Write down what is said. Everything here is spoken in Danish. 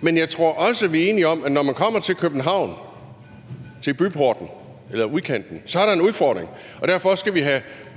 Men jeg tror også, vi er enige om, at når man kommer til København – til byporten eller udkanten – er der en udfordring, og derfor skal vi